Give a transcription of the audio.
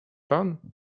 pan